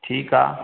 ठीकु आहे